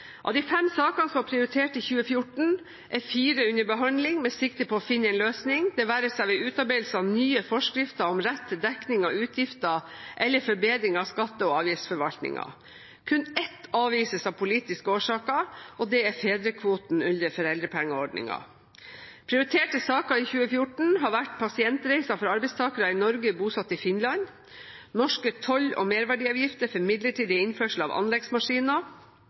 Av de fem sakene som var prioritert i 2014, er fire under behandling med sikte på å finne en løsning, det være seg ved utarbeidelse av nye forskrifter om rett til dekning av utgifter eller forbedring av skatte- og avgiftsforvaltningen. Kun ett avvises av politiske årsaker, og det er fedrekvoten under foreldrepengeordningen. Prioriterte saker i 2014 har vært pasientreiser for arbeidstakere i Norge, bosatt i Finland norske toll- og merverdiavgifter for midlertidig innførsel av anleggsmaskiner